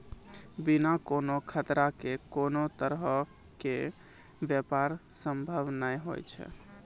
बिना कोनो खतरा के कोनो तरहो के व्यापार संभव नै होय छै